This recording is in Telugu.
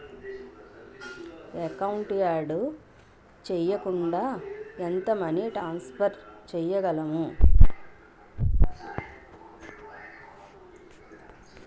ఎకౌంట్ యాడ్ చేయకుండా ఎంత మనీ ట్రాన్సఫర్ చేయగలము?